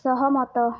ସହମତ